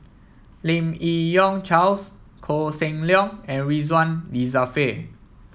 Lim Yi Yong Charles Koh Seng Leong and Ridzwan Dzafir